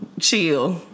Chill